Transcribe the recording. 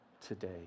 today